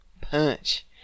punch